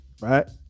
right